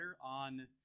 on